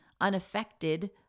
unaffected